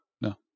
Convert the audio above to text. No